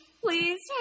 Please